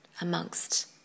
amongst